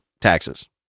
taxes